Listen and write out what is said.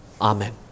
Amen